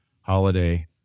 holiday